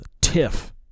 Tiff